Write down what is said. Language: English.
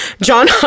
john